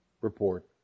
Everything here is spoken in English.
report